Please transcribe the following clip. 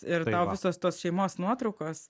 ir tau visos tos šeimos nuotraukos